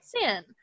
sin